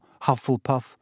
Hufflepuff